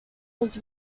was